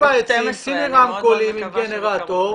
ארבעה רמקולים עם גנרטור,